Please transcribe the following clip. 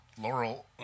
Laurel